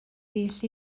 well